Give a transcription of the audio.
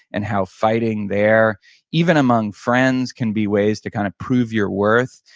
and how fighting there even among friends can be ways to kind of prove your worth.